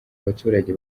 baturage